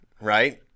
right